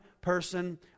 person